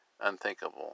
unthinkable